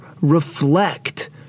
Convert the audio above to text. reflect